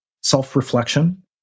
self-reflection